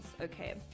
Okay